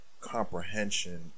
comprehension